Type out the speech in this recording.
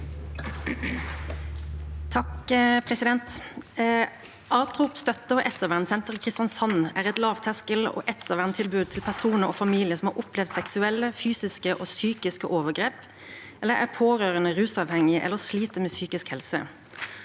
(V) «ATROP Støt- te & Ettervernsenter i Kristiansand er et lavterskel etterverntilbud til personer og familier som har opplevd seksuelle, fysiske og psykiske overgrep eller er pårørende, rusavhengige eller sliter med psykisk helse.